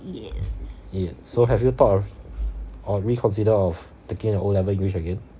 E eight so have you thought of or reconsider of taking the O level english again